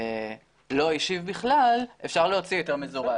לא השיב בכלל, אפשר להוציא היתר מזורז.